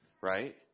Right